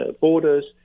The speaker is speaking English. borders